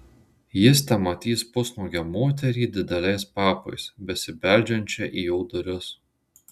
jis tematys pusnuogę moterį dideliais papais besibeldžiančią į jo duris